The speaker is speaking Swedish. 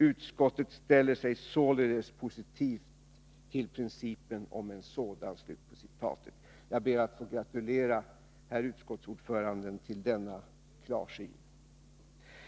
Utskottet ställer sig således positivt till principen som sådan.” Jag ber att få gratulera herr utskottsordföranden till denna klarsyn.